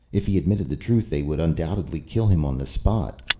if he admitted the truth they would undoubtedly kill him on the spot,